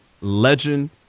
legend